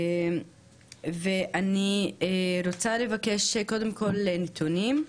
ואני רוצה לבקש קודם כל נתונים,